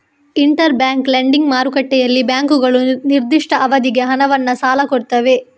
inter bank lending ಮಾರುಕಟ್ಟೆಯಲ್ಲಿ ಬ್ಯಾಂಕುಗಳು ನಿರ್ದಿಷ್ಟ ಅವಧಿಗೆ ಹಣವನ್ನ ಸಾಲ ಕೊಡ್ತವೆ